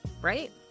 right